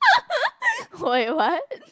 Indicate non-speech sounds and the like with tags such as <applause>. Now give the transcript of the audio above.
<laughs> wait what